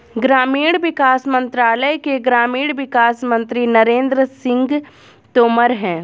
ग्रामीण विकास मंत्रालय के ग्रामीण विकास मंत्री नरेंद्र सिंह तोमर है